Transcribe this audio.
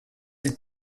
ils